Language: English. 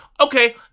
okay